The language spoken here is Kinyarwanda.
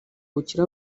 ubukire